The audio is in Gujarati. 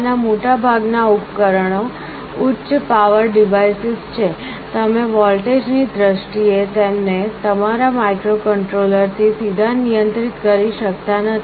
આમાંના મોટાભાગનાં ઉપકરણો ઉચ્ચ પાવર ડિવાઇસીસ છે તમે વોલ્ટેજ ની દ્રષ્ટિએ તેમને તમારા માઇક્રોકન્ટ્રોલરથી સીધા નિયંત્રિત કરી શકતા નથી